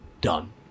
done